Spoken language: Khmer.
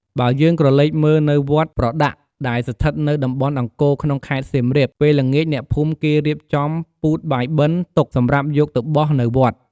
បើយើងក្រឡេកមើលនៅវត្តប្រដាកដែលស្ថិតនៅតំបន់អង្គរ ក្នុងខេត្តសៀមរាប ពេលល្ងាចអ្នកភូមិគេរៀបចំពូតបាយបិណ្ឌទុក សម្រាប់យកទៅបោះនៅវត្ត។